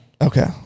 okay